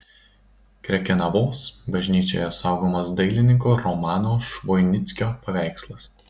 krekenavos bažnyčioje saugomas dailininko romano švoinickio paveikslas